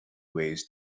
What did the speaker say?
ways